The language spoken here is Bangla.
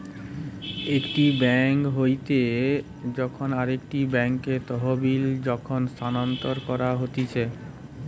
একটি বেঙ্ক হইতে যখন আরেকটি বেঙ্কে তহবিল যখন স্থানান্তর করা হতিছে